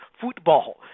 football